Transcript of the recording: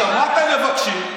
מה אתם מבקשים?